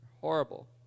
Horrible